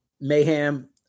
Mayhem